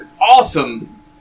awesome